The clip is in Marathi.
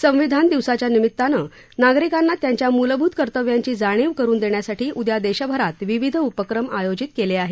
संविधान दिवसाच्या निमित्तानं नागरिकांना त्यांच्या मूलभूत कर्तव्यांची जाणीव करुन देण्यासाठी उद्या देशभरात विविध उपक्रम आयोजित केले आहेत